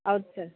ಹೌದ್ ಸರ್